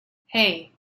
hey